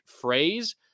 phrase